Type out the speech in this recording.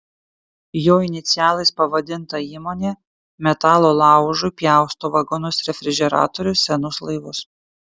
jo inicialais pavadinta įmonė metalo laužui pjausto vagonus refrižeratorius senus laivus